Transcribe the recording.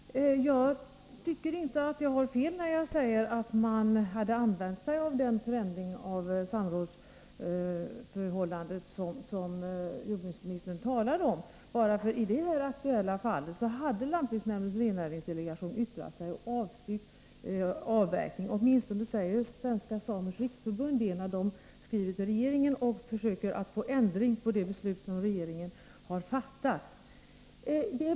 Herr talman! Jag tycker inte att jag har fel, när jag säger att man hade använt sig av den förändring av samrådsförfarandet som jordbruksministern talar om. I det här aktuella fallet hade lantbruksnämndens rennäringsdelegation yttrat sig och avstyrkt avverkning. Åtminstone säger Svenska samers riksförbund det i sin skrivelse till regeringen, där man försöker få en ändring av det beslut som regeringen har fattat.